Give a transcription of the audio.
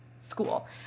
school